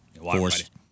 Forced